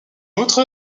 outre